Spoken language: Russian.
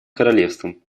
королевством